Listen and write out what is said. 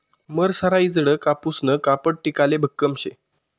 मरसराईजडं कापूसनं कापड टिकाले भक्कम शे